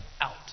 out